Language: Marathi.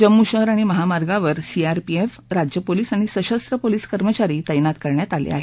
जम्मू शहर आणि महामार्गावर सीआरपीएफ राज्यपोलीस आणि सशस्र पोलीस कर्मचारी तत्त्वित करण्यात आले आहेत